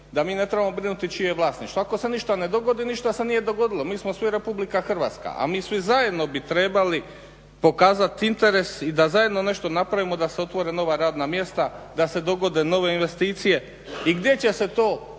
da mi ne trebamo brinuti čije je vlasništvo, ako se ništa ne dogodi ništa se nije dogodilo, mi smo svi Republika Hrvatska, a mi svi zajedno bi trebali pokazat interes i da zajedno nešto napravimo, da se otvore nova radna mjesta, da se dogode nove investicije. I gdje će se to